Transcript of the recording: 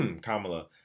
Kamala